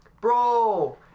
Bro